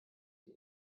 die